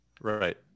Right